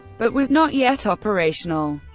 but was not yet operational.